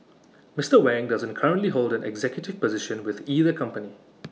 Mister Wang doesn't currently hold an executive position with either company